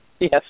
Yes